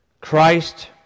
Christ